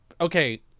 okay